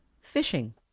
fishing